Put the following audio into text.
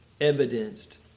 evidenced